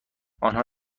آنها